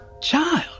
child